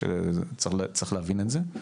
וצריך להבין את זה.